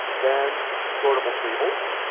then sortable tables,